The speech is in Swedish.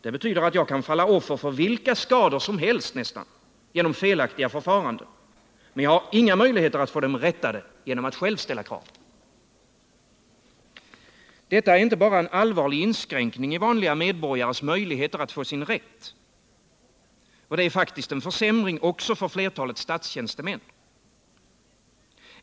Det betyder att jag kan falla offer för nästan vilka skador som helst genom felaktiga förfaranden, men jag har inga möjligheter att få dem rättade genom att själv ställa krav. Detta är inte bara en allvarlig inskränkning i vanliga medborgares möjligheter att få sin rätt. Det är faktiskt en försämring också för flertalet statstjänstemän.